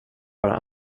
bara